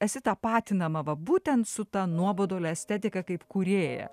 esi tapatinama va būtent su ta nuobodulio estetika kaip kūrėja